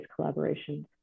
collaborations